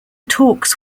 talks